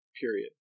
period